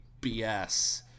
bs